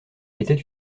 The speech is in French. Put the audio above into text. était